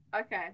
Okay